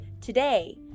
today